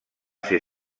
ser